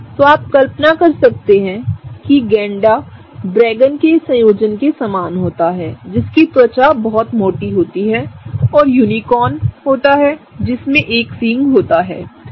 तो आप कल्पना कर सकते हैं कि गैंडे ड्रेगन के संयोजन के समान होते हैं जिनकी त्वचा बहुत मोटी होती है और यूनिकॉर्न होता है जिसमें एक सींग होता है ठीक